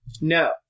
No